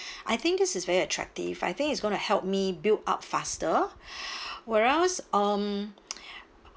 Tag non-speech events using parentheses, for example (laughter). (breath) I think this is very attractive I think it's going to help me build up faster (breath) whereas um (noise) (breath)